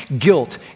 Guilt